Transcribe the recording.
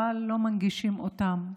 אבל לא מנגישים אותן.